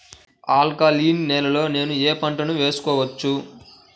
Alkaline నేలలో నేనూ ఏ పంటను వేసుకోవచ్చు?